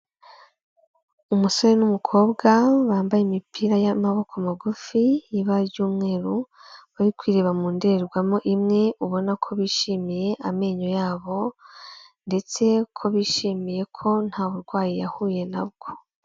Umusore n'umukobwa bambaye imipira y'amaboko magufi y'ibara ry'umweru, bari kwireba mu ndorerwamo imwe ubona ko bishimiye amenyo yabo ndetse ko bishimiye ko nta burwayi yahuye nabwo.